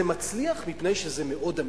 זה מצליח מפני שזה מאוד אמיתי.